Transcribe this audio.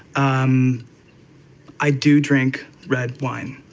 um i do drink red wine.